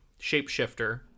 shapeshifter